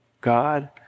God